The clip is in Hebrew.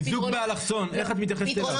איזוק באלכסון, איך את מתייחסת אליו?